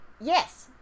Yes